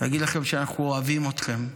להגיד לכם שאנחנו אוהבים אתכם,